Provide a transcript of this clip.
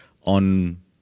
on